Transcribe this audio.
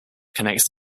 connects